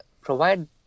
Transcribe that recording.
provide